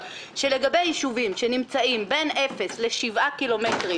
תקנות הקבע בעצם אומרות שלגבי ישובים שנמצאים בין אפס לשבעה קילומטרים